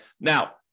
Now